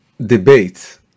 debate